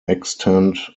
extent